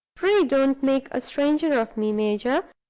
pray, don't make a stranger of me, major!